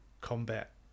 combat